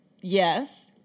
yes